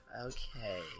Okay